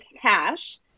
cash